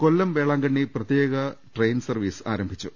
കൊല്ലം വേളാങ്കണ്ണി പ്രത്യേക rail service ആരംഭിച്ചു